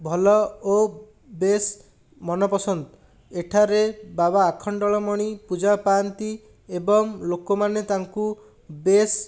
ଭଲ ଓ ବେଶ୍ ମନ ପସନ୍ଦ ଏଠାରେ ବାବା ଆଖଣ୍ଡଳମଣୀ ପୂଜା ପାଆନ୍ତି ଏବଂ ଲୋକମାନେ ତାଙ୍କୁ ବେଶ୍